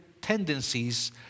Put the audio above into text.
tendencies